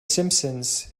simpsons